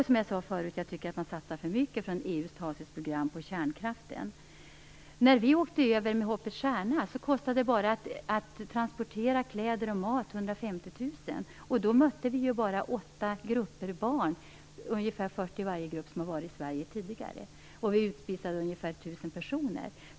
Som jag sade tidigare tycker jag att EU:s När vi åkte över med Hoppets Stjärna kostade enbart transporten av kläder och mat 150 000 kr. Då mötte vi ändå bara åtta grupper barn med ungefär 40 barn i varje. De hade varit i Sverige tidigare. Vi utspisade ca 1 000 personer.